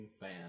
fan